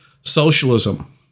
socialism